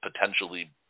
potentially